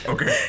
Okay